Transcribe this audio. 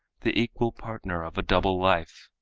the equal partner of a double life,